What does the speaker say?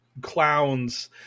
clowns